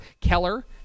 Keller